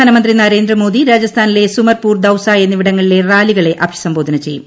പ്രധാനമന്ത്രി നരേന്ദ്രമോദി രാജസ്ഥാനിലെ സുമർപൂർ ദൌസ എന്നിവിടങ്ങളിലെ റാലികളെ അഭിസംബോധന ചെയ്യും